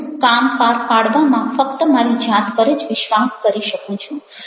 હું કામ પાર પાડવામાં ફક્ત મારી જાત પર જ વિશ્વાસ કરી શકું છું